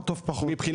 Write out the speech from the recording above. למצוא את האיזונים.